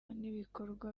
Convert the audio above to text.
n’ibikorwa